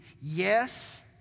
yes